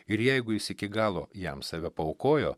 ir jeigu jis iki galo jam save paaukojo